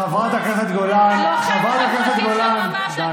חברת הכנסת גולן, די.